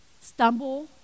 stumble